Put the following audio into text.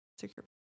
secure